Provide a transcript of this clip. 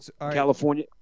California –